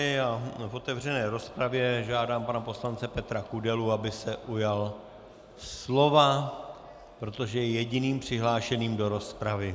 V otevřené rozpravě žádám pana poslance Petra Kudelu, aby se ujal slova, protože je jediným přihlášeným do rozpravy.